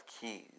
keys